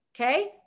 Okay